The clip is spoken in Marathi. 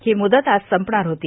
ही मुदत आज संपणार होती